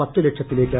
പത്തു ലക്ഷത്തിലേയ്ക്ക്